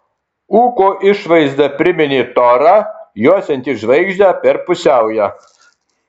ūko išvaizda priminė torą juosiantį žvaigždę per pusiaują